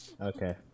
Okay